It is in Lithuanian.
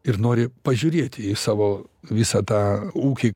ir nori pažiūrėti į savo visą tą ūkį